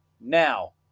now